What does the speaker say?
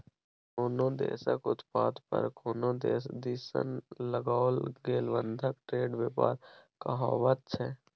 कोनो देशक उत्पाद पर कोनो देश दिससँ लगाओल गेल बंधन ट्रेड व्यापार कहाबैत छै